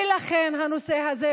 לכן הנושא הזה,